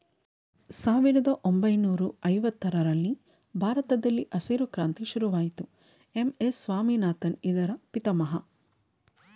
ಸಾವಿರದ ಒಂಬೈನೂರ ಐವತ್ತರರಲ್ಲಿ ಭಾರತದಲ್ಲಿ ಹಸಿರು ಕ್ರಾಂತಿ ಶುರುವಾಯಿತು ಎಂ.ಎಸ್ ಸ್ವಾಮಿನಾಥನ್ ಇದರ ಪಿತಾಮಹ